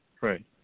Right